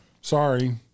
Sorry